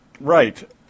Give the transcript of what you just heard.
Right